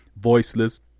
voiceless